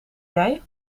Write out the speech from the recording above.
jij